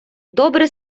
добре